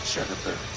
Jennifer